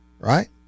right